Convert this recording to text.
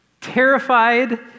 terrified